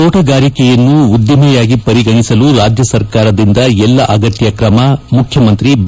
ತೋಟಗಾರಿಕೆಯನ್ನು ಉದ್ದಿಮೆಯಾಗಿ ಪರಿಗಣಿಸಲು ರಾಜ್ಯ ಸರ್ಕಾರದಿಂದ ಎಲ್ಲ ಅಗತ್ಯ ಕ್ರಮ ಮುಖ್ಯಮಂತ್ರಿ ಬಿ